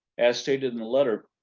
as stated in the letter,